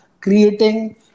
creating